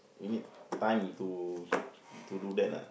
we need time to to do that lah